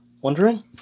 wondering